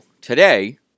today